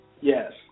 yes